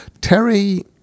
Terry